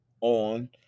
on